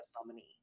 nominee